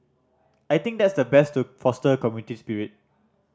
I think that's the best to foster community spirit